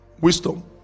wisdom